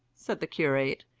said the curate,